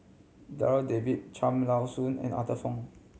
Darryl David Cham Tao Soon and Arthur Fong